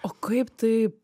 o kaip tai